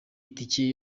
itike